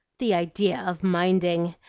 the idea of minding!